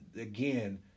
Again